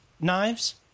knives